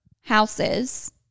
houses